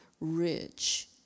rich